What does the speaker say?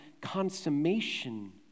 consummation